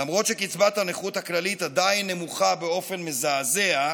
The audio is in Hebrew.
למרות שקצבת הנכות הכללית עדיין נמוכה באופן מזעזע,